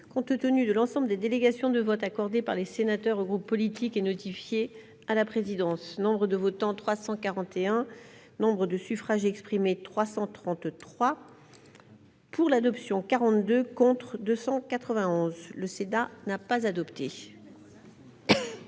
compte tenu de l'ensemble des délégations de vote accordé par les sénateurs aux groupes politiques et notifié à la présidence Nombre de votants : 341 Nombre de suffrages exprimés 333 pour l'adoption 42 contre 291 le SIDA n'a pas adopté.